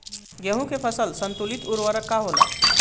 गेहूं के फसल संतुलित उर्वरक का होला?